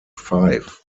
five